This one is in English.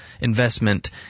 investment